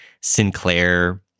Sinclair